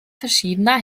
verschiedener